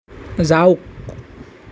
যাওক